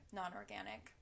non-organic